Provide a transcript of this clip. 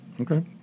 Okay